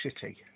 City